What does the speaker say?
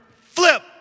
flip